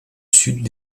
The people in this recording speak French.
sud